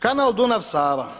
Ovako, kanal Dunav – Sava,